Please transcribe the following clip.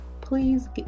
please